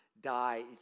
die